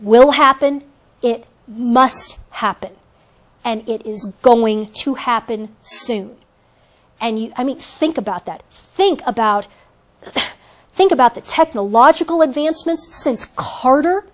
will happen it must happen and it isn't going to happen soon and i mean think about that think about think about the technological advancement